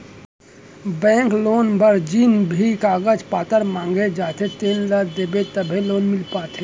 bank loan बर जेन भी कागज पातर मांगे जाथे तेन ल देबे तभे लोन मिल पाथे